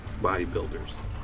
bodybuilders